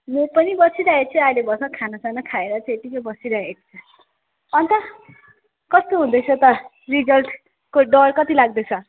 म पनि बसिरहेको छु अहिले भर्खर खानासाना खाएर त्यतिकै बसिरहेको छु अन्त कस्तो हुँदैछ त रिजल्टको डर कति लाग्दैछ